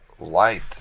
light